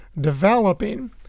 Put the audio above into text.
developing